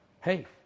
hey